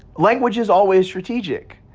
language is always strategic,